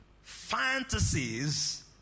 fantasies